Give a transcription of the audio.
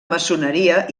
maçoneria